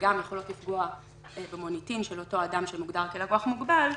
וגם יכולות לפגוע במוניטין של אותו אדם שמוגדר כלקוח מוגבל.